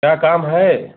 क्या काम है